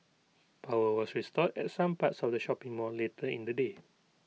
power was restored at some parts of the shopping mall later in the day